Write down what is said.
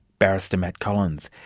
barrister matt collins.